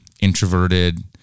introverted